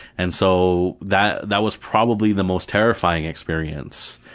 and so that that was probably the most terrifying experience.